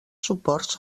suports